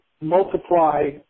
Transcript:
multiply